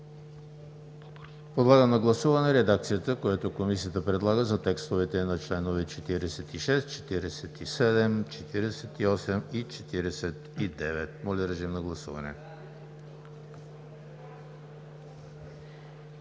Подлагам на гласуване редакцията, която Комисията предлага, за текстовете на членове 46, 47, 48 и 49. Гласували